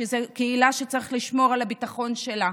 שזו קהילה שצריך לשמור על הביטחון שלה.